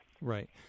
Right